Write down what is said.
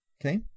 Okay